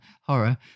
horror